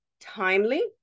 timely